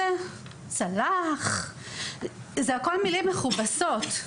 צל"ח, זה הכול מילים מכובסות.